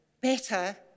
better